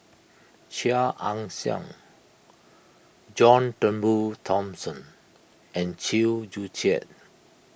Chia Ann Siang John Turnbull Thomson and Chew Joo Chiat